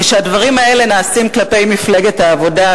כשהדברים האלה נעשים כלפי מפלגת העבודה,